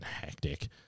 hectic